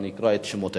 אני אקרא את שמותיהם: